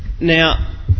now